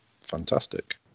fantastic